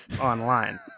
online